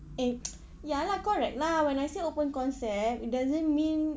eh ya lah correct lah when I say open concept it doesn't mean